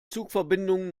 zugverbindungen